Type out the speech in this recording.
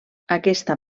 aquesta